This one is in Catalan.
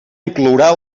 inclourà